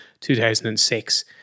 2006